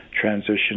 transition